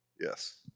Yes